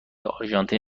آرژانتین